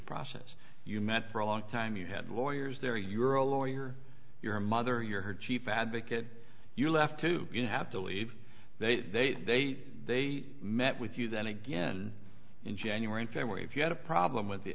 process you met for a long time you had lawyers there you're a lawyer your mother you're her chief advocate you're left to you have to leave they they they they met with you then again in january in february if you had a problem with the